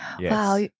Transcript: Wow